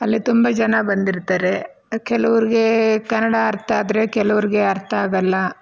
ಅಲ್ಲಿ ತುಂಬ ಜನ ಬಂದಿರ್ತಾರೆ ಕೆಲವ್ರಿಗೆ ಕನ್ನಡ ಅರ್ಥ ಆದರ ಕೆಲವ್ರಿಗೆ ಅರ್ಥ ಆಗಲ್ಲ